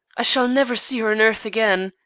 i shall never see her on earth again.